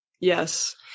Yes